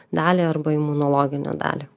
dalį arba imunologinę dalį